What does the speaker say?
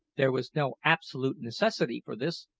there was no absolute necessity for this,